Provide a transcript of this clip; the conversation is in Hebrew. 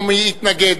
או לא יתנגד,